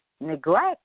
neglect